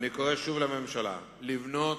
אני קורא שוב לממשלה: לבנות,